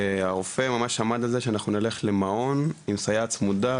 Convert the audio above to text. הרופא ממש עמד על זה שאנחנו נלך למעון עם סייעת צמודה,